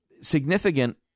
significant